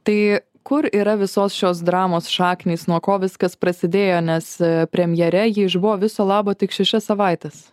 tai kur yra visos šios dramos šaknys nuo ko viskas prasidėjo nes premjere ji išbuvo viso labo tik šešias savaites